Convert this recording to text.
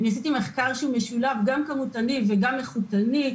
עשיתי מחקר משולב גם כמותני וגם איכותני,